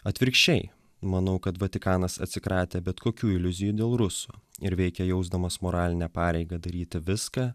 atvirkščiai manau kad vatikanas atsikratę bet kokių iliuzijų dėl rusų ir veikia jausdamas moralinę pareigą daryti viską